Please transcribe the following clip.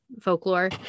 folklore